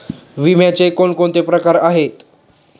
विम्याचे कोणकोणते प्रकार आहेत?